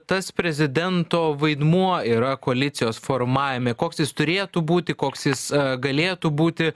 tas prezidento vaidmuo yra koalicijos formavime koks jis turėtų būti koks jis galėtų būti